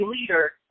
leader